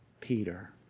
Peter